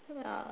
ya